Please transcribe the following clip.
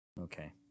Okay